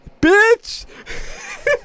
Bitch